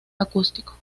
acústico